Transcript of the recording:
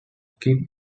orchid